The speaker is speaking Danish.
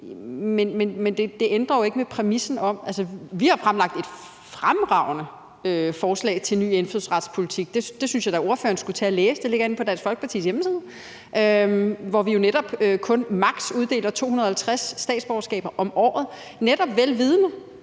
noget – det ville være rigtig, rigtig fint. Vi har fremlagt et fremragende forslag til en ny indfødsretspolitik. Det synes jeg da ordføreren skulle tage og læse – det ligger inde på Dansk Folkepartis hjemmeside. Ifølge forslaget vil vi maks. kun uddele 250 statsborgerskaber om året, netop vel vidende